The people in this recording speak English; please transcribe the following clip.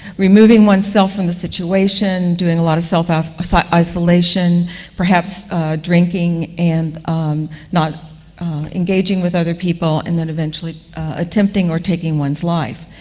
removing oneself from the situation, doing a lot of self-isolation, perhaps drinking and not engaging with other people, and then eventually attempting or taking one's life.